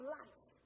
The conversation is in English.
life